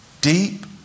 Deep